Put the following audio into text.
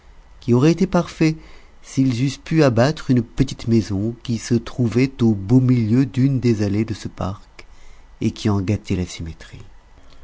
qui aurait été parfait s'ils eussent pu abattre une petite maison qui se trouvait au beau milieu d'une des allées de ce parc et qui en gâtait